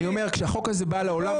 אני אומר שכאשר החוק הזה בא לעולם,